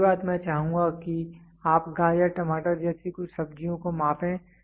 अगली बात मैं चाहूँगा कि आप गाजर टमाटर जैसी कुछ सब्जियों को मापें